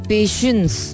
Patience